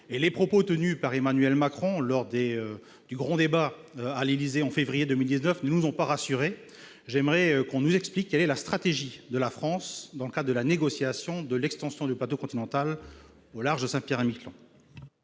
Les propos tenus par Emmanuel Macron lors du grand débat à l'Élysée, en février 2019, ne nous ont pas rassurés. J'aimerais qu'on nous explique quelle est la stratégie de la France dans le cadre de la négociation de l'extension du plateau continental au large de Saint-Pierre-et-Miquelon.